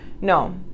No